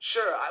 Sure